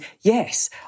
yes